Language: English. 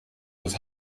was